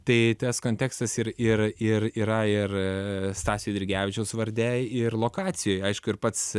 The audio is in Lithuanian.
tai tas kontekstas ir ir ir yra ir stasio eidrigevičiaus varde ir lokacijoj aišku ir pats